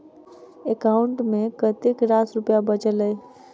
account मे कतेक रास रुपया बचल एई